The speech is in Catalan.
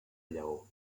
lleó